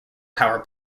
power